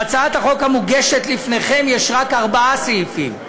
בהצעת החוק המוגשת לפניכם יש רק ארבעה סעיפים.